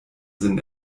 sinn